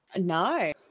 No